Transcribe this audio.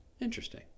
Interesting